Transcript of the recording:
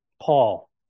Paul